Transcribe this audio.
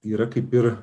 yra kaip ir